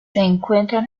encuentran